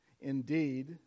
Indeed